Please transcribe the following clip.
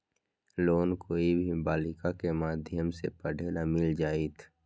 Loan कोई भी बालिका के माध्यम से पढे ला मिल जायत?